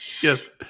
Yes